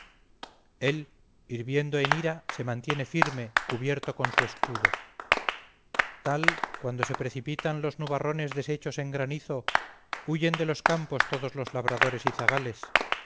hirviendo en ira se mantiene firme cubierto con su escudo tal cuando se precipitan los nubarrones deshechos en granizo huyen de los campos todos los labradores y zagales